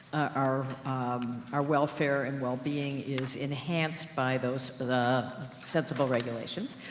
our our welfare and well-being is enhanced by those sensible regulations.